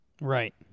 Right